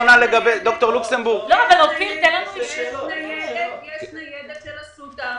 יש ניידת דרומית של אסותא,